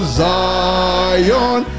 zion